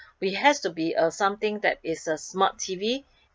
we has to be uh something that is a smart T_V